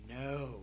No